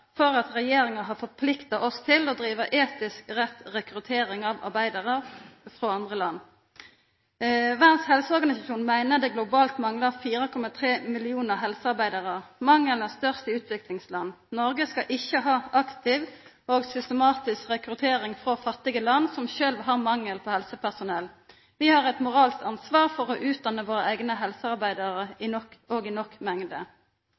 for at regjeringa har forplikta oss til å driva etisk rett rekruttering av arbeidarar frå andre land. Verdas helseorganisasjon meiner det globalt manglar 4,3 millionar helsearbeidarar. Mangelen er størst i utviklingsland. Noreg skal ikkje ha ei aktiv og systematisk rekruttering frå fattige land som sjølve har mangel på helsepersonell. Vi har eit moralsk ansvar for å utdanna våre eigne helsearbeidarar i stor nok